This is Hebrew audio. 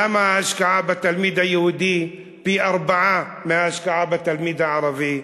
למה ההשקעה בתלמיד היהודי היא פי-ארבעה מההשקעה בתלמיד הערבי?